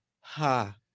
Ha